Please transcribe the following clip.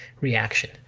reaction